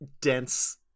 dense